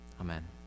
Amen